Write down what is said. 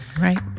Right